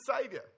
savior